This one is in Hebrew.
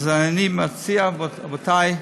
אז אני מציע, רבותי,